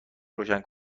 روشن